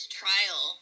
trial